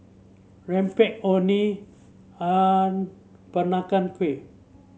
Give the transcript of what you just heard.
rempeyek Orh Nee and Peranakan Kueh